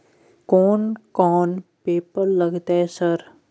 कोन कौन पेपर लगतै सर?